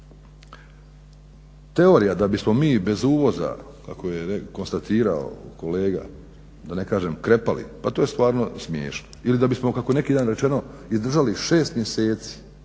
Teorija da bismo mi bez uvoza, kako je konstatirao kolega, da ne kažem krepali pa to je stvarno smiješno. Ili da bismo kako je neki dan rečeno izdržali 6 mjeseci,